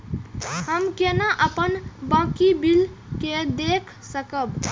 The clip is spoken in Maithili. हम केना अपन बाकी बिल के देख सकब?